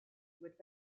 would